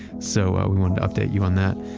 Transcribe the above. so i want to update you on that.